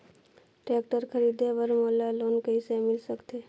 Tractor खरीदे बर मोला लोन कइसे मिल सकथे?